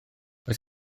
oes